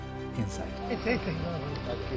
inside